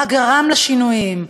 מה גרם לשינויים,